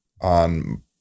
on